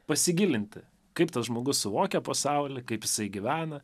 pasigilinti kaip tas žmogus suvokia pasaulį kaip jisai gyvena